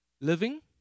Living